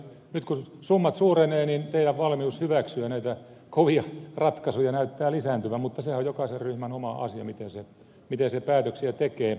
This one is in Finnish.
nyt kun summat suurenevat teidän valmiutenne hyväksyä näitä kovia ratkaisuja näyttää lisääntyvän mutta sehän on jokaisen ryhmän oma asia miten se päätöksiä tekee